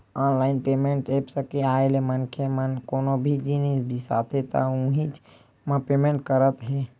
online payment apps के आए ले मनखे मन कोनो भी जिनिस बिसाथे त उहींच म पेमेंट करत हे